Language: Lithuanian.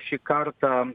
šį kartą